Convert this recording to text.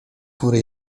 góry